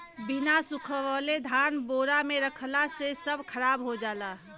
बिना सुखवले धान बोरा में रखला से सब खराब हो जाला